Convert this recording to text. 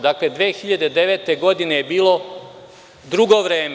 Dakle, 2009. godine je bilo drugo vreme.